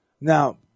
Now